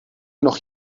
noch